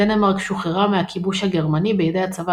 דנמרק שוחררה מהכיבוש הגרמני בידי הצבא